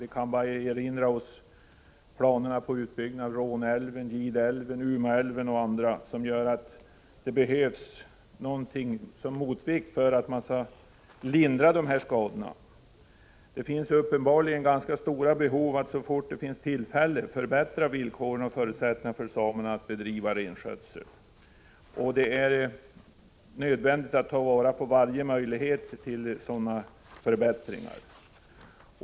Vi kan bara tänka på planerna på utbyggnad av Råneälven, Gideälven, Umeälven m.fl., som gör att det behövs någonting som motvikt för att lindra skadorna. Det finns uppenbarligen behov av att så fort tillfälle ges förbättra förutsättningarna för samerna att bedriva renskötsel. Det är nödvändigt att ta till vara varje möjlighet till sådana förbättringar.